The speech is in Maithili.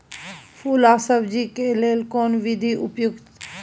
फूल आ सब्जीक लेल कोन विधी उपयुक्त अछि?